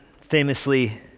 famously